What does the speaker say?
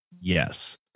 yes